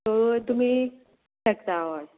so तुमी शकता अय